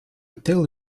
tell